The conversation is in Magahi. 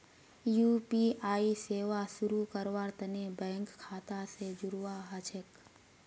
यू.पी.आई सेवा शुरू करवार तने बैंक खाता स जोड़वा ह छेक